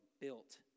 built